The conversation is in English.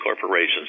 corporations